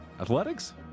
Athletics